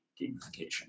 gamification